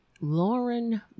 Lauren